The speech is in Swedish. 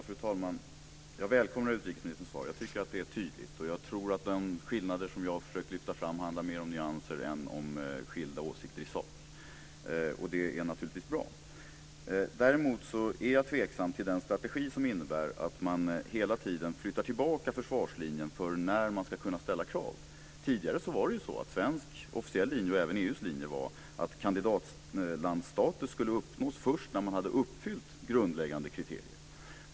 Fru talman! Jag välkomnar utrikesministerns svar. Jag tycker att det är tydligt. Jag tror att de skillnader som jag har försökt att lyfta fram handlar mer om nyanser än om skilda åsikter i sak. Det är naturligtvis bra. Däremot är jag tveksam till den strategi som innebär att man hela tiden flyttar tillbaka försvarslinjen för när man ska kunna ställa krav. Tidigare var den svenska officiella linjen - även EU:s linje - att kandidatlandsstatus skulle uppnås först när Turkiet hade uppfyllt grundläggande kriterier.